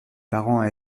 parents